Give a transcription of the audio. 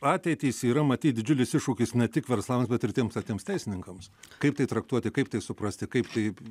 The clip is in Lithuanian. ateitys yra matyt didžiulis iššūkis ne tik verslams bet ir tiems patiems teisininkams kaip tai traktuoti kaip tai suprasti kaip taip